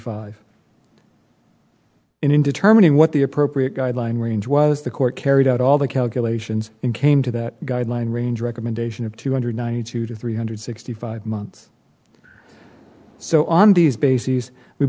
five in determining what the appropriate guideline range was the court carried out all the calculations and came to that guideline range recommendation of two hundred ninety two to three hundred sixty five months so on these bases we